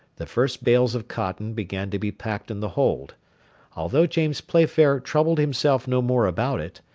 the first bales of cotton began to be packed in the hold although james playfair troubled himself no more about it,